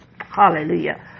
Hallelujah